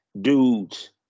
dudes